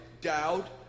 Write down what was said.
doubt